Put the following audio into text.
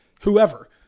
whoever